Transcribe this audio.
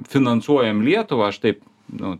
finansuojam lietuvą aš taip nu